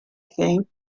think